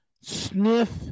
sniff